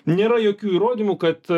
nėra jokių įrodymų kad